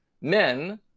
Men